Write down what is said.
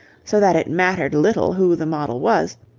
so that it mattered little who the model was,